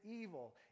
evil